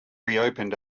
reopened